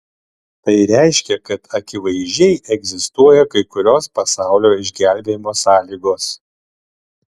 tai reiškia kad akivaizdžiai egzistuoja kai kurios pasaulio išgelbėjimo sąlygos